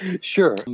Sure